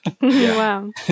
Wow